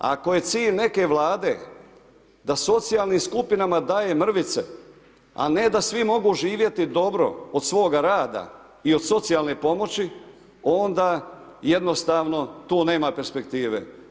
Ako je cilj neke Vlade, da socijalnim skupinama daje mrvice, a ne da svi mogu živjeti dobro od svoga rada i od socijalne pomoći, onda jednostavno tu nema perspektive.